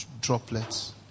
droplets